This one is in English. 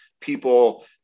people